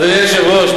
אדוני היושב-ראש,